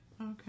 Okay